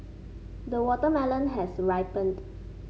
the watermelon has ripened